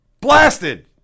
blasted